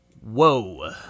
Whoa